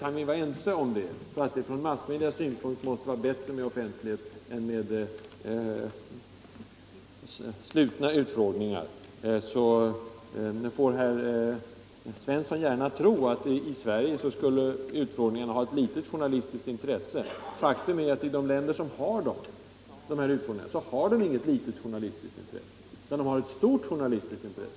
Kan vi vara ense om att det från massmedias utfrågningar synpunkt måste vara bättre med offentlighet än med slutna utfrågningar, så får herr Svensson gärna tro att dessa utfrågningar i Sverige skulle ha ett litet journalistiskt intresse. Faktum är att i de länder där dessa offentliga utfråningar finns, har de inte ett litet journalistiskt intresse utan ett stor journalistiskt intresse.